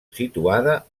situada